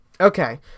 Okay